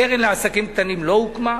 קרן לעסקים קטנים לא הוקמה,